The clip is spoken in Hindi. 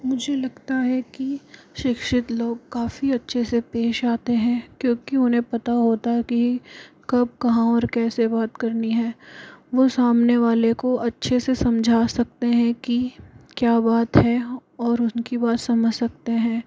मुझे लगता है कि शिक्षित लोग काफ़ी अच्छे से पेश आते हैं क्योंकि उन्हें पता होता है कि कब कहाँ और कैसे बात करनी है वह सामने वाले को अच्छे से समझा सकते हैं कि क्या बात है और उनकी बात समझ सकते हैं